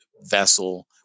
vessel